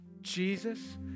Jesus